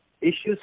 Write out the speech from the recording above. issues